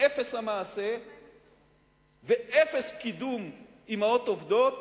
מאפס המעשה ואפס קידום אמהות עובדות